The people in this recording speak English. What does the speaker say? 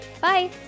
Bye